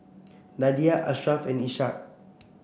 Nadia Asharaff and Ishak